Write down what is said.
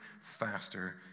faster